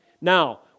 Now